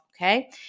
okay